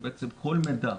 שבעצם כל מידע,